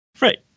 Right